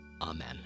Amen